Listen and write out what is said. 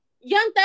Young